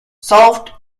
solved